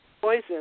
poison